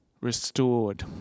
restored